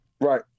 Right